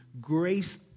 Grace